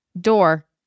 Door